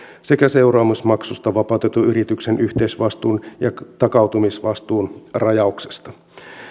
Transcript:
sekä seuraamusmaksusta vapautetun yrityksen yhteisvastuun ja takautumisvastuun rajauksesta